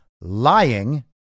lying